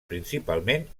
principalment